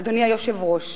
אדוני היושב-ראש,